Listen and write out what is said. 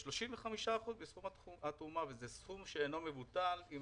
35% מסכום התרומה וזה סכום לא מבוטל כי אם